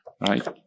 right